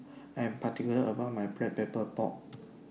I Am particular about My Black Pepper Pork